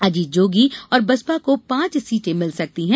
अजीत जोगी और बसपा को पांच सीटें मिल सकती हैं